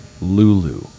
Lulu